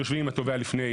יושבים עם התובע קודם לכן